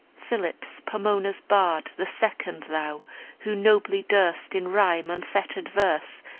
phillips, pomona's bard, the second thou who nobly durst, in rhyme-unfettered verse,